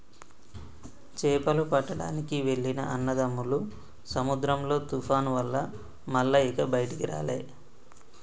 చేపలు పట్టడానికి వెళ్లిన అన్నదమ్ములు సముద్రంలో తుఫాను వల్ల మల్ల ఇక బయటికి రాలే